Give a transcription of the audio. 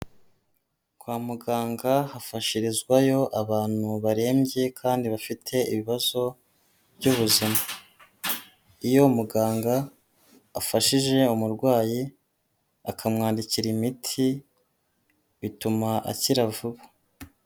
Kwa muganga hafashirizwayo abantu barembye kandi bafite ibibazo by'ubuzima, iyo muganga afashije umurwayi akamwandikira imiti bituma akira vuba.